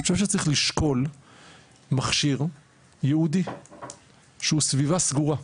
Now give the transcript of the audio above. אני חושב שצריך לשקול מכשיר ייעודי שהוא סביבה סגורה,